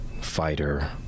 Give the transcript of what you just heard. fighter